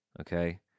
Okay